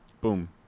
Boom